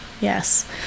Yes